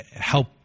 help